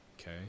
Okay